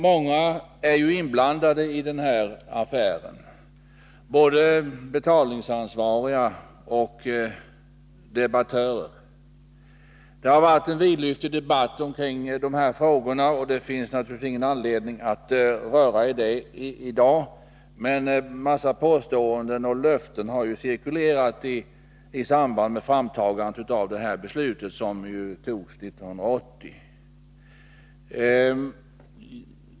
Många är ju inblandade i denna affär — både betalningsansvariga och debattörer. Det har varit en vidlyftig debatt kring dessa frågor, men det finns naturligtvis ingen anledning att återvända till den i dag. En mängd påståenden och löften har cirkulerat i samband med det beslut om utflyttning som fattades 1980.